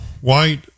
white